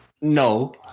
No